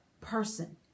person